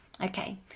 Okay